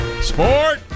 sport